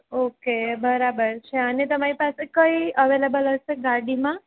okay બરાબર છે અને તમારી પાસે કઈ અવેલેબલ હશે ગાડીમાં